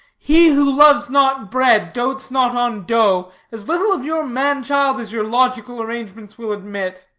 he who loves not bread, dotes not on dough. as little of your man-child as your logical arrangements will admit.